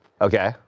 Okay